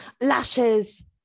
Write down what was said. lashes